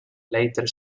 later